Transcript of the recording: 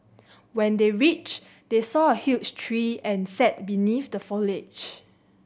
when they reached they saw a huge tree and sat beneath the foliage